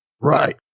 Right